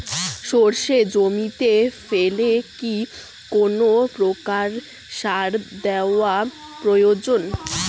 সর্ষে জমিতে ফেলে কি কোন প্রকার সার দেওয়া প্রয়োজন?